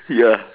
ya